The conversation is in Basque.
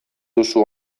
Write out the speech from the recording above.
duzu